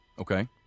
Okay